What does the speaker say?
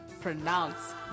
Pronounce